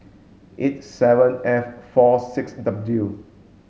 eight seven F four six W